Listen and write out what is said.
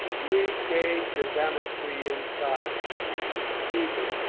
we change the chemistry inside deeply